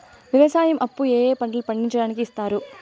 వ్యవసాయం అప్పు ఏ ఏ పంటలు పండించడానికి ఇస్తారు?